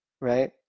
right